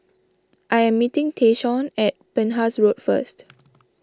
I am meeting Tayshaun at Penhas Road first